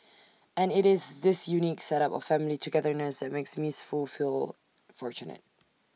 and IT is this unique set up of family togetherness that makes miss Foo feel fortunate